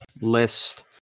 list